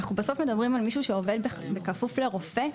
מדברים על מישהו שעובד בכפוף לרופא.